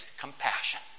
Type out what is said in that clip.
compassion